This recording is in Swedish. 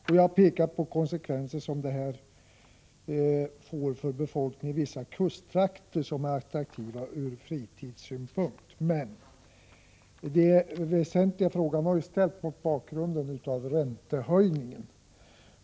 Jag har också pekat på att problemen får särskilt svåra konsekvenser för befolkningen i vissa kusttrakter som är attraktiva ur fritidssynpunkt. Det väsentliga är emellertid att frågan ställts mot bakgrund av räntehöjningen.